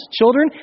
children